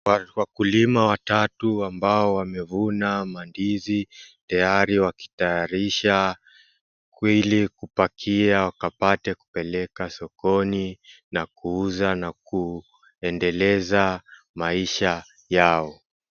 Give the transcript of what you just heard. Wakulima watatu ambao wamevuna mandizi tayari wakitayarisha kweli kupakia wakapate kupeleka sokoni na kuuza na kuendeleza maisha yao.